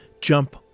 Jump